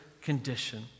condition